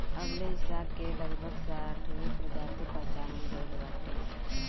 अबले इ साग के लगभग साठगो प्रजाति पहचानल गइल बाटे